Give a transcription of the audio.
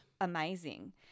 Amazing